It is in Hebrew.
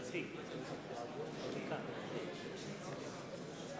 אברהם דיכטר, מצביע